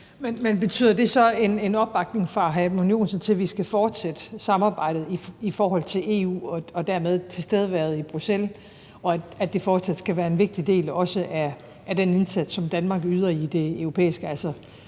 Men betyder det så en opbakning fra hr. Edmund Joensen til, at vi skal fortsætte samarbejdet i forhold til EU og dermed tilstedeværelsen i Bruxelles, og at det fortsat skal være en vigtig del af den indsats, som Danmark yder i det europæiske, altså